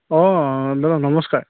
অঁ দাদা নমস্কাৰ